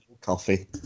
Coffee